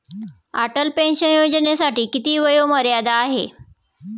Atal pension योजनेसाठी किती वयोमर्यादा आहे?